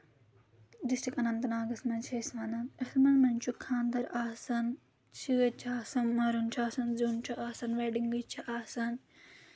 district اننت ناگس منٛز چھِ أسۍ وَنان اِتھ منٛز چھُ خانٛدر آسن شٲدۍ چھِ آسان مَرُن چھُ آسان زیُن چھُ آسان ویڈِنٛگٕز چھِ آسان